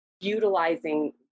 utilizing